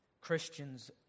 Christians